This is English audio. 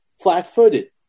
flat-footed